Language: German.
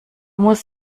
muss